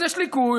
יש ליקוי,